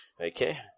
Okay